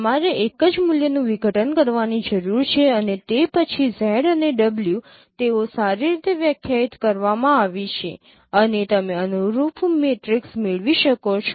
તમારે એક જ મૂલ્યનું વિઘટન કરવાની જરૂર છે અને તે પછી z અને W તેઓ સારી રીતે વ્યાખ્યાયિત કરવામાં આવી છે અને તમે અનુરૂપ મેટ્રિસ મેળવી શકો છો